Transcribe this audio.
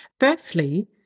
Firstly